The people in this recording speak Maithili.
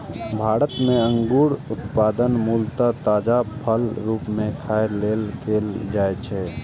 भारत मे अंगूरक उत्पादन मूलतः ताजा फलक रूप मे खाय लेल कैल जाइ छै